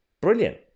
brilliant